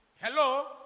Hello